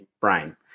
brain